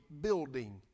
building